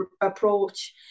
approach